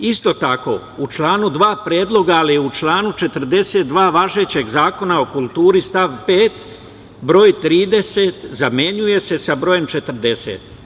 Isto tako, u članu 2. predloga, ali u članu 42. važećeg Zakona o kulturi stav 5, broj 30 zamenjuje se sa brojem 40.